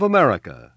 America